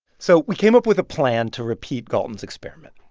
so we came up with a plan to repeat galton's experiment.